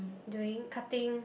doing cutting